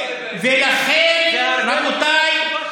לכן, רבותיי,